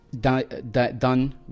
done